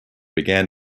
began